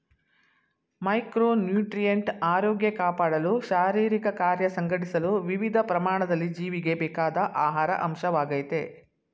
micronutrient ಆರೋಗ್ಯ ಕಾಪಾಡಲು ಶಾರೀರಿಕಕಾರ್ಯ ಸಂಘಟಿಸಲು ವಿವಿಧ ಪ್ರಮಾಣದಲ್ಲಿ ಜೀವಿಗೆ ಬೇಕಾದ ಆಹಾರ ಅಂಶವಾಗಯ್ತೆ